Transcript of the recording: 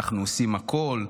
'אנחנו עושים הכול,